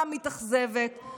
ומתאכזבת בכל פעם.